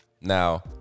Now